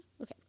Okay